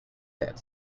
that